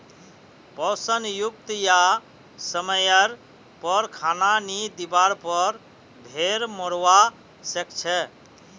पोषण युक्त या समयर पर खाना नी दिवार पर भेड़ मोरवा सकछे